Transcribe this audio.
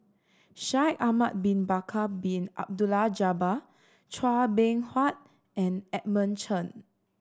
Shaikh Ahmad Bin Bakar Bin Abdullah Jabbar Chua Beng Huat and Edmund Chen